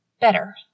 better